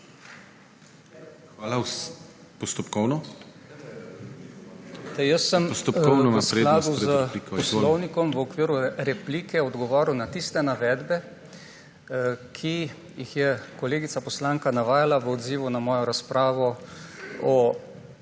jaz sem v skladu s poslovnikom v okviru replike odgovoril na tiste navedbe, ki jih je kolegica poslanka navajala v odzivu na mojo razpravo o